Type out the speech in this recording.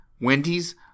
Wendy's